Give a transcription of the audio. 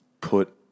put